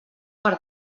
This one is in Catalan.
per